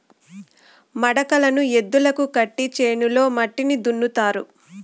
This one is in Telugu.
మడకలను ఎద్దులకు కట్టి చేనులో మట్టిని దున్నుతారు